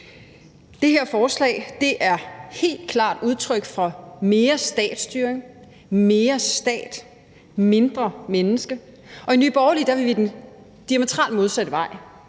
Det her forslag er helt klart udtryk for mere statsstyring, mere stat, mindre menneske, og i Nye Borgerlige vil vi den diametralt modsatte vej: